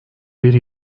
bir